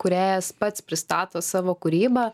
kūrėjas pats pristato savo kūrybą